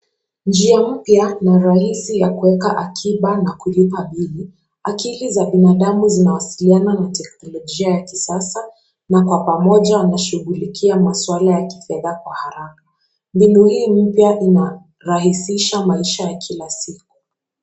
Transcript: Njia mpya na rahisi ya kuweka akiba na kulipa [c]bili[c]. Akili za binadamu zinawasiliana na teknolojia ya kisasa na kwa pamoja wanashughulikia maswala ya kifedha kwa haraka. Mbinu hiii mpya inarahisisha maisha ya kila siku.